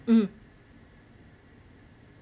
mm